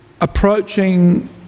approaching